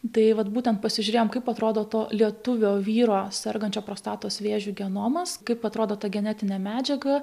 tai vat būtent pasižiūrėjom kaip atrodo to lietuvio vyro sergančio prostatos vėžiu genomas kaip atrodo ta genetinė medžiaga